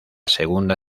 segunda